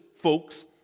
folks